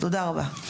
תודה רבה.